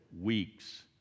weeks